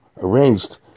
arranged